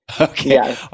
Okay